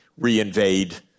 reinvade